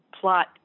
plot